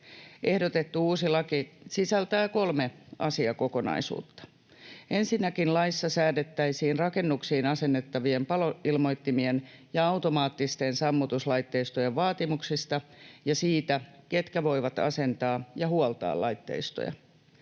Ehdotettu uusi laki sisältää kolme asiakokonaisuutta: Ensinnäkin laissa säädettäisiin rakennuksiin asennettavien paloilmoittimien ja automaattisten sammutuslaitteistojen vaatimuksista ja siitä, ketkä voivat asentaa ja huoltaa laitteistoja.